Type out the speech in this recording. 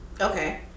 Okay